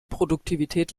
produktivität